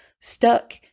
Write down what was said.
stuck